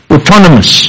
Autonomous